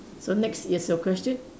so next is your question